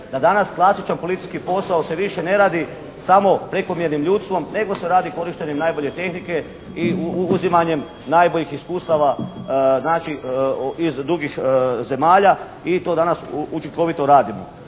da danas klasičan policijski posao se više ne radi samo prekomjernim ljudstvom nego se radi korištenjem najbolje tehnike i uzimanjem najboljih iskustava znači iz drugih zemalja i to danas učinkovito radimo.